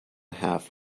half